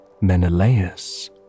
Menelaus